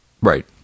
Right